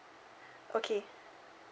okay